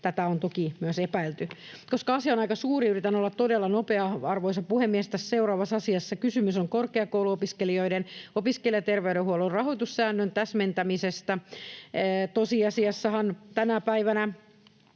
Tätä on toki myös epäilty. Koska asia on aika suuri, yritän olla todella nopea, arvoisa puhemies, tässä seuraavassa asiassa. Kysymys on korkeakouluopiskelijoiden opiskelijaterveydenhuollon rahoitussäännön täsmentämisestä. Tosiasiassahan tänä päivänä